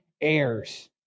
heirs